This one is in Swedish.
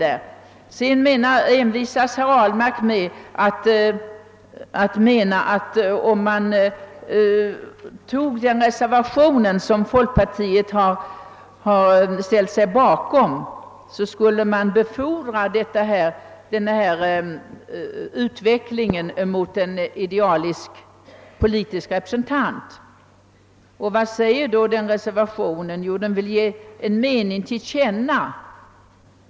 Herr Ahlmark envisas med att mena att om reservationen av folkpartiet bifölls skulle utvecklingen mot idealiska politiska representanter befordras. Vad sägs då i denna reservation? Jo, man vill ge en mening till känna.